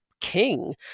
king